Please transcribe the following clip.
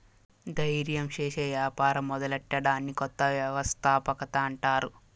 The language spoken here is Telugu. దయిర్యం సేసి యాపారం మొదలెట్టడాన్ని కొత్త వ్యవస్థాపకత అంటారు